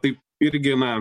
tai irgi na